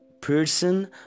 person